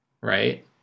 Right